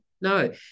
no